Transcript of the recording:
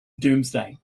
doomsday